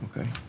Okay